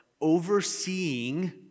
overseeing